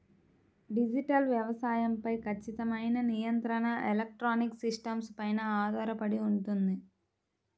digital వ్యవసాయం పై ఖచ్చితమైన నియంత్రణ ఎలక్ట్రానిక్ సిస్టమ్స్ పైన ఆధారపడి ఉంటుంది